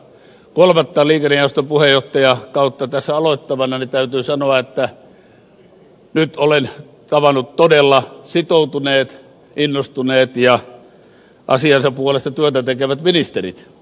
kolmatta liikennejaoston puheenjohtajakautta tässä aloittavana täytyy sanoa että nyt olen tavannut todella vahvasti sitoutuneet innostuneet ja asiansa puolesta työtä tekevät ministerit